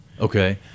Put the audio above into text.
Okay